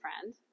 friend